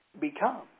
become